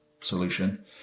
solution